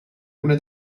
una